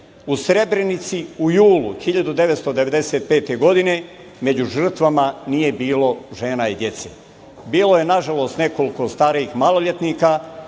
Srebrenici u julu 1995. godine, među žrtvama nije bilo žene i dece. Bilo je na žalost nekoliko starijih maloletnika,